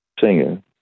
singer